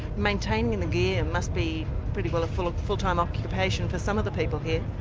maintaining the gear must be pretty well a fulltime occupation for some of the people here.